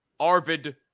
Arvid